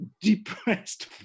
depressed